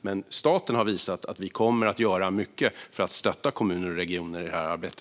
Men staten har visat att vi kommer att göra mycket för att stötta kommuner och regioner i detta arbete.